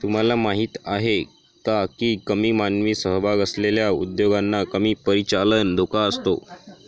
तुम्हाला माहीत आहे का की कमी मानवी सहभाग असलेल्या उद्योगांना कमी परिचालन धोका असतो?